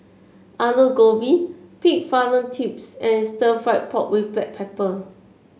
Aloo Gobi Pig Fallopian Tubes and Stir Fried Pork with Black Pepper